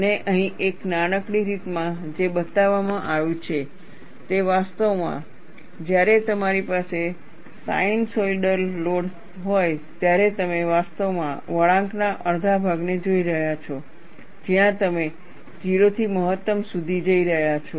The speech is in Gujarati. અને અહીં એક નાનકડી રીતમાં જે બતાવવામાં આવ્યું છે તે વાસ્તવમાં જ્યારે તમારી પાસે સાઇનસૉઇડલ લોડ હોય ત્યારે તમે વાસ્તવમાં વળાંકના અડધા ભાગને જોઈ રહ્યા છો જ્યાં તમે 0 થી મહત્તમ સુધી જઈ રહ્યાં છો